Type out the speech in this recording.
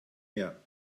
mehr